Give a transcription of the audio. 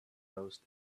most